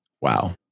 Wow